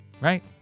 Right